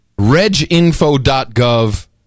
reginfo.gov